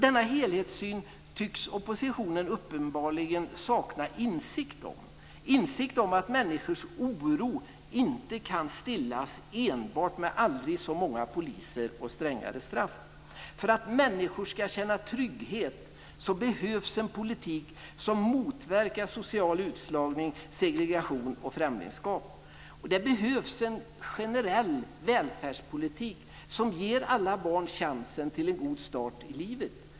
Denna helhetssyn saknar oppositionen uppenbarligen insikt om. Den saknar insikt om att människors oro inte kan stillas enbart med aldrig så många poliser och strängare straff. För att människor ska känna trygghet så behövs en politik som motverkar social utslagning, segregation och främlingskap. Det behövs en generell välfärdspolitik som ger alla barn chansen till en god start i livet.